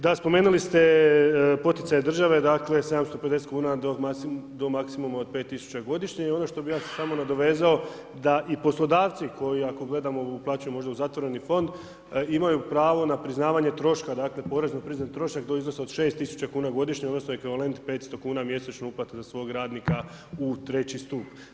Da, spomenuli ste poticaj države 750 kuna do maksimuma od 5000 godišnje i ono što bi se ja samo nadovezao da i poslodavci koji ako gledamo uplaćuju možda u zatvoreni fond, imaju pravo na priznavanje troška porezno priznat trošak do iznosa od 6000 kuna godišnje odnosno ekvivalent 500 kuna mjesečno uplate za svog radnika u treći stup.